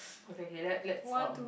okay K let let's um